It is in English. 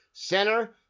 Center